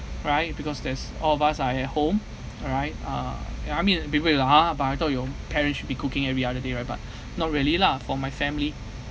right because there's all of us are at home all right uh ya I mean people will ha but I thought your parents should be cooking every other day right but not really lah for my family